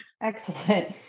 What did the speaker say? Excellent